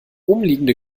umliegende